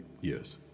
Yes